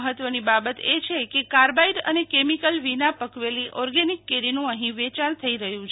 મહત્વની બાબત એ છે કે કાર્બાઈડ અને કેમિકલ વિના પકવેલી ઓર્ગેનીક કેરીનું અહીં વેચાણ થઈરહ્યું છે